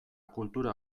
kultura